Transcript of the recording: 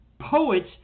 Poets